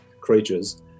creatures